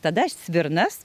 tada svirnas